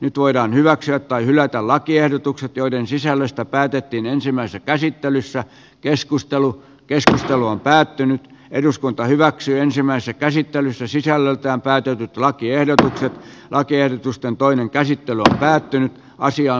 nyt voidaan hyväksyä tai hylätä lakiehdotukset joiden sisällöstä päätettiin ensimmäisessä käsittelyssä keskustelu keskustelu on päättynyt eduskunta hyväksyi ensimmäisen käsittelyssä sisällöltään päätetyt lakiehdotukset lakiehdotusten toinen käsittely päättyy asian